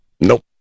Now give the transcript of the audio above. Nope